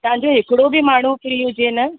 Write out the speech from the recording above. तव्हांजो हिकिड़ो बि माण्हू फ्री हुजे न